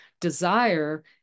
Desire